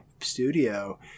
studio